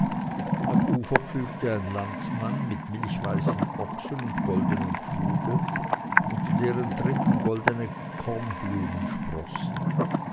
am ufer pflügte ein landmann mit milchweißen ochsen und goldenem pfluge unter deren tritten große kornblumen sproßten